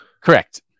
Correct